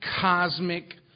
cosmic